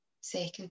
second